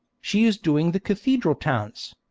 she is doing the cathedral towns.